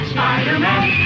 Spider-Man